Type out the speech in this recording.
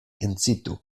incitu